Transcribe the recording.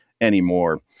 anymore